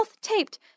taped